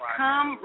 come